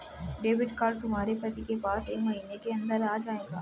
debit card तुम्हारे पति के पास एक महीने के अंदर आ जाएगा